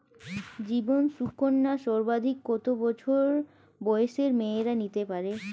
জীবন সুকন্যা সর্বাধিক কত বছর বয়সের মেয়েরা নিতে পারে?